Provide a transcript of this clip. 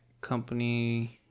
Company